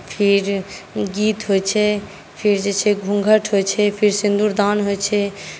फेर गीत होइ छै फेर जे छै घुँघट होइ छै फेर सिन्दुरदान होइ छै